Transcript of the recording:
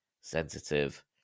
sensitive